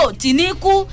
tiniku